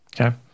Okay